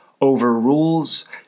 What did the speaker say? overrules